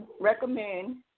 recommend